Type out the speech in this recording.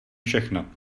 všechno